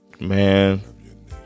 Man